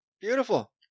Beautiful